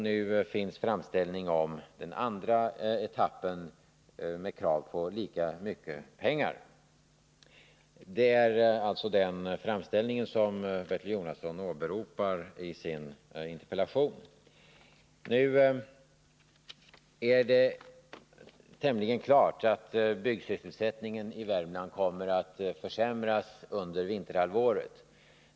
Nu föreligger det en framställning med krav på lika mycket pengar för den andra etappen. Det är denna framställning som Bertil Jonasson har åberopat i sin interpellation. Nu är det tämligen klart att byggsysselsättningen i Värmland kommer att försämras under vinterhalvåret.